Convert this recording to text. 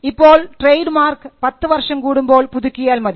ഇപ്പോൾ trade mark 10 വർഷം കൂടുമ്പോൾ പുതുക്കിയാൽ മതി